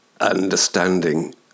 understanding